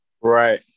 Right